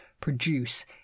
produce